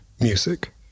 music